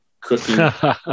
cooking